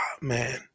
man